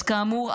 אז כאמור,